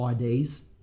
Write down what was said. IDs